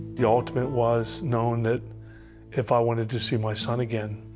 the ultimate was knowing that if i wanted to see my son again,